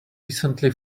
recently